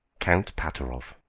count pateroff